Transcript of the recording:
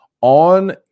on